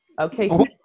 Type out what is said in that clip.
Okay